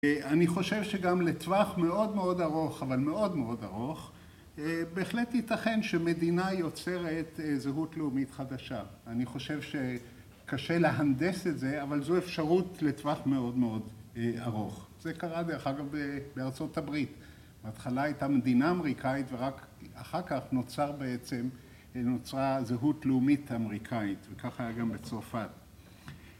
אני חושב שגם לטווח מאוד מאוד ארוך, אבל מאוד מאוד ארוך, בהחלט ייתכן שמדינה יוצרת זהות לאומית חדשה. אני חושב שקשה להנדס את זה, אבל זו אפשרות לטווח מאוד מאוד ארוך. זה קרה דרך אגב בארה״ב. בהתחלה הייתה מדינה אמריקאית ורק אחר כך נוצר בעצם, נוצרה זהות לאומית אמריקאית, וכך היה גם בצרפת.